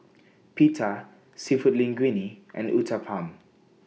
Pita Seafood Linguine and Uthapam